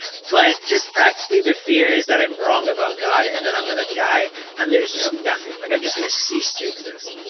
but just, practically, the fears that i'm wrong about god and that i'm gonna die and there's just nothing. like, i'm just gonna cease to exist,